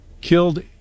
killed